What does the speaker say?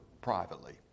privately